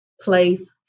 place